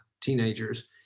teenagers